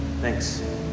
Thanks